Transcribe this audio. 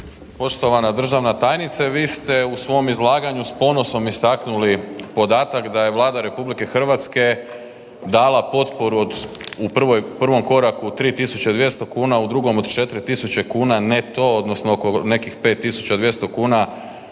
Poštovana državna tajnice, vi ste u svom izlaganju s ponosom istaknuli podatak da je Vlada RH dala potporu od u prvom koraku 3.200 kuna u drugom od 4.000 kuna neto odnosno oko 5.200 bruto